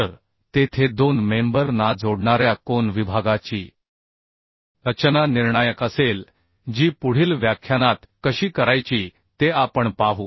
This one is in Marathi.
तर तेथे दोन मेंबर ना जोडणाऱ्या कोन विभागाची रचना निर्णायक असेल जी पुढील व्याख्यानात कशी करायची ते आपण पाहू